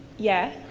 yeah.